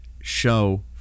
show